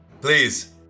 Please